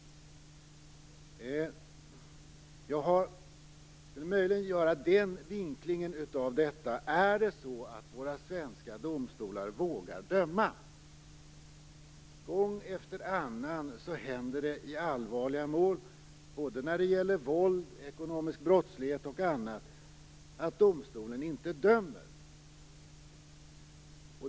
Jag kan möjligen göra denna vinkling: Är det så att våra svenska domstolar vågar döma? Gång efter annan händer det i allvarliga mål, både när det gäller våld, ekonomisk brottslighet och annat, att domstolen inte dömer.